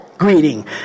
greeting